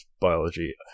biology